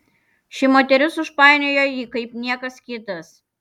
ši moteris užpainiojo jį kaip niekas kitas